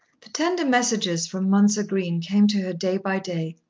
the tender messages from mounser green came to her day by day.